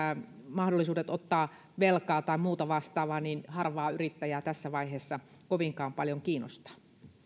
mahdollisuudet ottaa velkaa tai muuta vastaavaa harvaa yrittäjää tässä vaiheessa kovinkaan paljon kiinnostavat